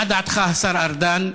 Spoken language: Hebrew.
מה דעתך, השר ארדן,